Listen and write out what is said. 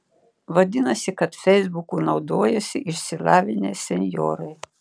vadinasi kad feisbuku naudojasi išsilavinę senjorai